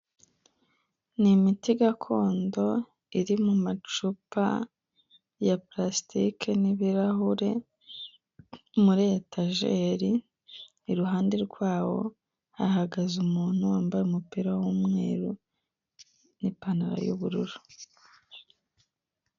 Ni imiti gakondo iri mu macupa ya palasitike n'ibirahure muri etajeri, iruhande rwaho hahagaze umuntu wambaye umupira w'umweru n'ipantaro y'ubururu.